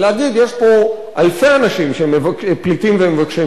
יש פה אלפי אנשים פליטים ומבקשי מקלט,